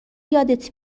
یادت